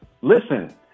Listen